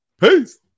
Peace